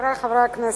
חברי הכנסת,